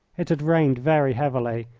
it had rained very heavily,